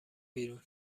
بیرون